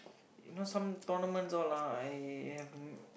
you know some tournaments all lah I have to